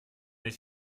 ich